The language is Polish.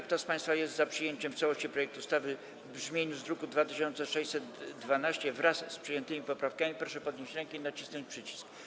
Kto z państwa jest za przyjęciem w całości projektu ustawy w brzmieniu z druku nr 2612, wraz z przyjętymi poprawkami, proszę podnieść rękę i nacisnąć przycisk.